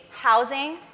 housing